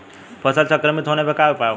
फसल संक्रमित होने पर क्या उपाय होखेला?